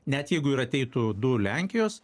net jeigu ir ateitų du lenkijos